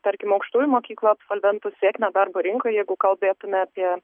tarkim aukštųjų mokyklų absolventų sėkmę darbo rinkoj jeigu kalbėtume apie